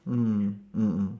mm mm mm